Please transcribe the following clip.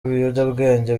ibiyobyabwenge